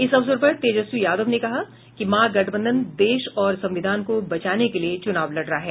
इस अवसर पर तेजस्वी यादव ने कहा कि महागठबंधन देश और संविधान को बचाने के लिए चूनाव लड़ रहा है